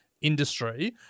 industry